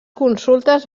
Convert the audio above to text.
consultes